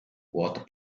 what